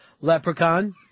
Leprechaun